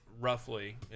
roughly